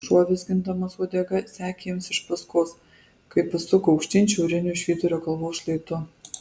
šuo vizgindamas uodega sekė jiems iš paskos kai pasuko aukštyn šiauriniu švyturio kalvos šlaitu